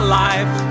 life